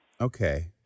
Okay